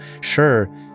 sure